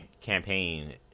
campaign